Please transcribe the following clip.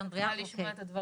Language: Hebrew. אני מעדיפה לשמוע את הדברים.